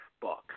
book